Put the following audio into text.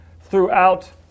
throughout